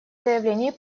заявления